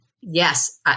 Yes